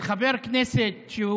חבר כנסת,